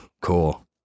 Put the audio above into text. cool